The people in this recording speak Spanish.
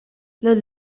los